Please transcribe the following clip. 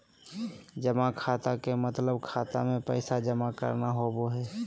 जमा खाता के मतलब खाता मे पैसा जमा करना होवो हय